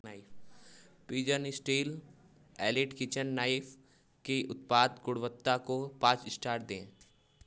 pigeon steel elite kitchen knife की उत्पाद गुणवत्ता को पाँच स्टार दें